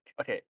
okay